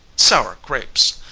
sour grapes!